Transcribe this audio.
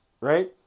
Right